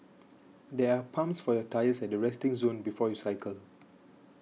there are pumps for your tyres at the resting zone before you cycle